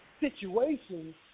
situations